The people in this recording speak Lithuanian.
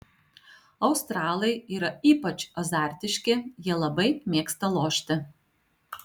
australai yra ypač azartiški jie labai mėgsta lošti